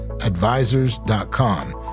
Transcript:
Advisors.com